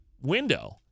window